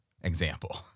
example